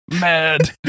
mad